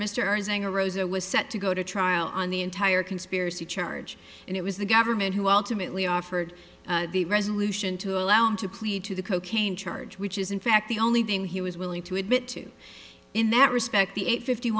saying a rosa was set to go to trial on the entire conspiracy charge and it was the government who ultimately offered the resolution to allow him to plead to the cocaine charge which is in fact the only thing he was willing to admit to in that respect the eight fifty